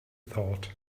thought